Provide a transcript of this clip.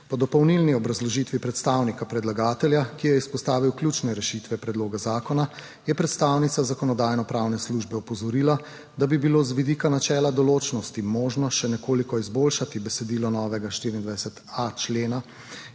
Po dopolnilni obrazložitvi predstavnika predlagatelja, ki je izpostavil ključne rešitve predloga zakona, je predstavnica Zakonodajno-pravne službe opozorila, da bi bilo z vidika načela določnosti možno še nekoliko izboljšati besedilo novega 24.a člena.